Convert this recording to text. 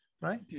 right